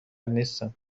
نیستند